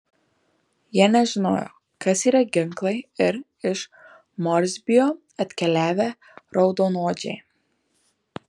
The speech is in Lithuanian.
jie nežinojo kas yra ginklai ir iš morsbio atkeliavę raudonodžiai